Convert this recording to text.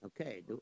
Okay